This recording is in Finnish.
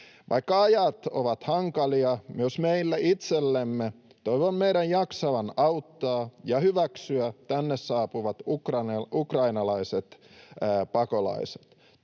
Vaikka ajat ovat hankalia myös meille itsellemme, toivon meidän jaksavan auttaa ja hyväksyä tänne saapuvat ukrainalaiset pakolaiset.